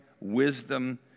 wisdom